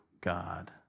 God